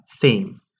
theme